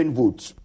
votes